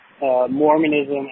Mormonism